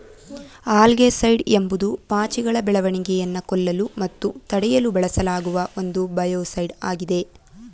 algaecide ಎಂಬುದು ಪಾಚಿಗಳ ಬೆಳವಣಿಗೆಯನ್ನು ಕೊಲ್ಲಲು ಮತ್ತು ತಡೆಯಲು ಬಳಸಲಾಗುವ ಒಂದು ಬಯೋಸೈಡ್ ಆಗಿದೆ